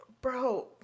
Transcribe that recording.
Bro